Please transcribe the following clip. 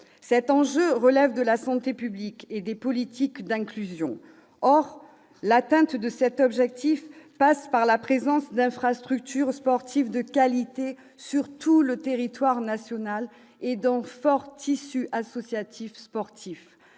Cet enjeu relève de la santé publique et des politiques d'inclusion. Or, pour atteindre cet objectif, il faudra des infrastructures sportives de qualité sur tout le territoire national et un fort tissu associatif sportif.